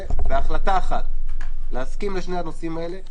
בהחלטה אחת להסכים לשני הנושאים האלה,